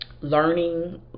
learning